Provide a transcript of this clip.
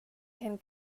can